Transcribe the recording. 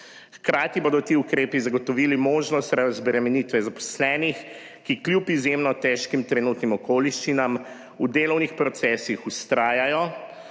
Hkrati bodo ti ukrepi zagotovili možnost razbremenitve zaposlenih, ki kljub izjemno težkim trenutnim okoliščinam v delovnih procesih vztrajajo